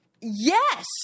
Yes